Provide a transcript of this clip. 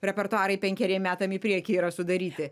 repertuarai penkeriem metam į priekį yra sudaryti